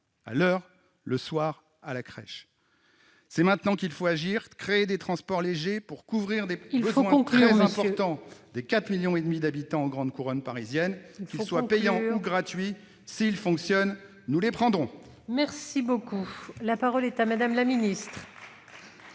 leurs enfants à la crèche. C'est maintenant qu'il faut agir et créer des transports légers pour couvrir les besoins, très importants, des 4,5 millions d'habitants de la grande couronne parisienne. Qu'ils soient payants ou gratuits, s'ils fonctionnent, nous les prendrons ! La parole est à Mme la secrétaire